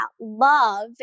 love